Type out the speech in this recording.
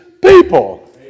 people